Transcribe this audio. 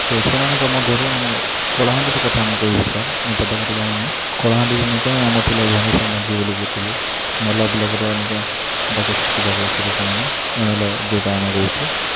ତ ସେମାନଙ୍କ ମଧ୍ୟରୁ ଆମ କଳାହାଣ୍ଡିର କଥା ମୁଁ କହିବି ସାର୍ ମୁଁ ତ ଜାଣିନି କଳାହାଣ୍ଡି ନିକା ଆମର ଥିଲା ଧନେଶ୍ୱର ମାଝି ବୋଲି ଲୋକ୍ ଥିଲେ ନର୍ଲା ବ୍ଲକ୍ର ଅନିକା ବାଚସ୍ପତି ଭାବେ ଥିଲେ ସେମାନେ ଯେଉଁଟା ଆମେ କହୁଛୁ